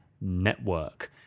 network